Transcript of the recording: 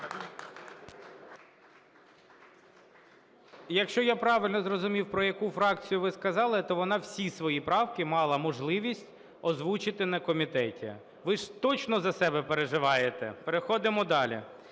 Якщо я правильно зрозумів, про яку фракцію ви сказали, то вона всі свої правки мала можливість озвучити на комітеті. Ви ж точно за себе переживаєте? Переходимо далі.